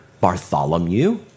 Bartholomew